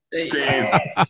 Stay